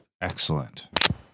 Excellent